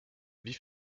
vives